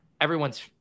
Everyone's